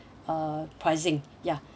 uh pricing ya